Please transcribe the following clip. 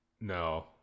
No